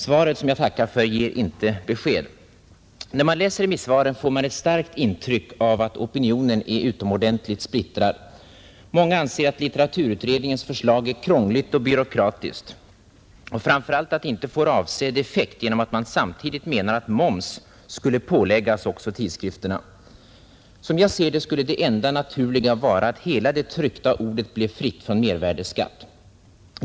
Svaret som jag tackar för ger inte besked. När man läser remissvaren får man ett starkt intryck av att opinionen är utomordentligt splittrad. Många anser, att litteraturutredningens förslag är krångligt och byråkratiskt och framför allt att det inte får avsedd effekt genom att man samtidigt menar att moms skulle påläggas också tidskrifterna. Som jag ser det skulle det enda naturliga vara att hela det tryckta ordet blev fritt från mervärdeskatt.